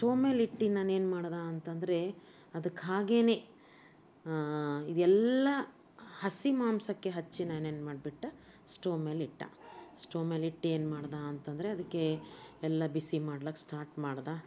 stove ಮೇಲಿಟ್ಟು ನಾನೇನು ಮಾಡ್ದೆ ಅಂತ ಅಂದ್ರೆ ಅದಕ್ಕೆ ಹಾಗೆಯೇ ಇದೆಲ್ಲ ಹಸಿ ಮಾಂಸಕ್ಕೆ ಹಚ್ಚಿ ನಾನೇನು ಮಾಡ್ಬಿಟ್ಟು ಸ್ಟವ್ ಮೇಲಿಟ್ಟು ಸ್ಟವ್ ಮೇಲಿಟ್ಟು ಏನ್ಮಾಡ್ದೆ ಅಂತ ಅಂದ್ರೆ ಅದಕ್ಕೆ ಎಲ್ಲ ಬಿಸಿ ಮಾಡ್ಲಿಕ್ಕೆ ಸ್ಟಾರ್ಟ್ ಮಾಡ್ದೆ